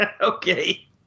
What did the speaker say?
Okay